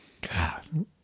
God